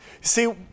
See